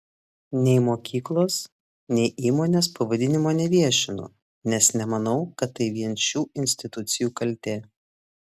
nei mokyklos nei įmonės pavadinimo neviešinu nes nemanau kad tai vien šių institucijų kaltė